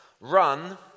run